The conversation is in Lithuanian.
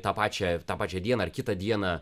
tą pačią tą pačią dieną ar kitą dieną